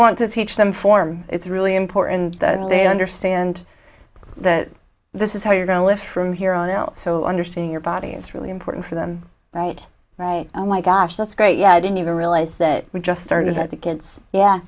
want to teach them form it's really important that they understand that this is how you're going to live from here on out so understand your body it's really important for them right my gosh that's great yeah i didn't even realize that we just started that the kids yeah